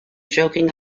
joking